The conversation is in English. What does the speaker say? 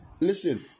listen